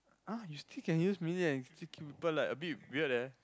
!huh! you still can use melee and still kill people like a bit weird leh